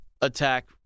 attack